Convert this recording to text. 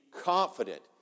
confident